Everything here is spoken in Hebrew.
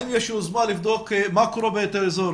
האם יש יוזמה לבדוק מה קורה באותו אזור?